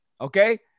Okay